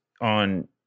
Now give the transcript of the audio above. on